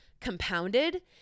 compounded